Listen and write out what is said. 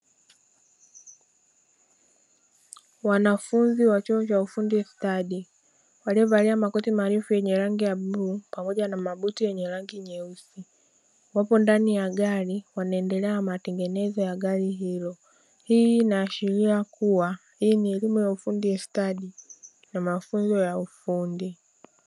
Wanafunzi wa vyuo vya ufundi stadi walio valia makoti marefu yenye rangi ya bluu pamoja na mabuti yenye rangi nyeusi, wapo ndani ya gari wanaendelea na matengenezo ya gari hilo hii inaashiria kuwa hii ni elimu ya ufundi stadi na mafunzo ya ufundi.